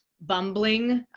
bumbling.